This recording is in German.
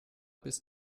bis